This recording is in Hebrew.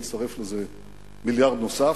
יצטרף לזה מיליארד נוסף,